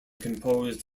composed